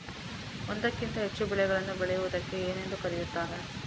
ಒಂದಕ್ಕಿಂತ ಹೆಚ್ಚು ಬೆಳೆಗಳನ್ನು ಬೆಳೆಯುವುದಕ್ಕೆ ಏನೆಂದು ಕರೆಯುತ್ತಾರೆ?